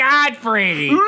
Godfrey